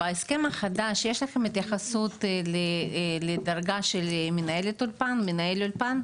בהסכם החדש יש לכם התייחסות לדרגה של מנהלת אולפן או מנהל אולפן?